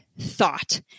thought